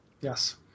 Yes